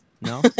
No